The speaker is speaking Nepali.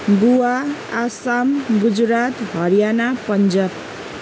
गोवा आसाम गुजरात हरियाणा पन्जाब